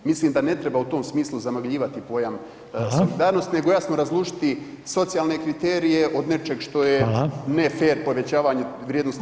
Mislim da ne treba u tom smislu zamagljivati pojam solidarnosti, nego jasno razlučiti socijalne kriterije od nečeg što je ne fer povećanju vrijednosti